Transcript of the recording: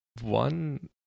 One